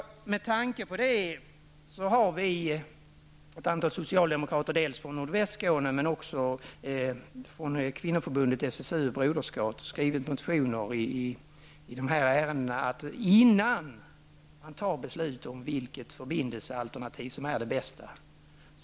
Med tanke på detta har ett antal socialdemokrater från nordvästra Skåne och från Kvinnoförbundet, SSU och broderskapsrörelsen väckt motioner i denna fråga, och vi har sagt att man borde göra en miljökonsekvensanalys innan man fattar beslut om vilket förbindelsealternativ som är det bästa.